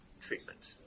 treatment